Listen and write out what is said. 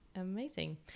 Amazing